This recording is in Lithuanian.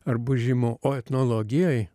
ar bus žymu o etnologijoj